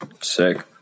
Sick